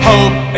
Hope